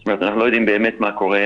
זאת אומרת אנחנו לא יודעים באמת מה קורה.